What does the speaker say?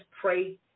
pray